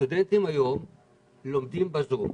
הסטודנטים היום לומדים בזום.